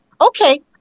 okay